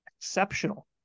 exceptional